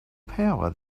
power